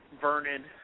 Vernon